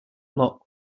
lot